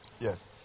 Yes